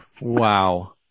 Wow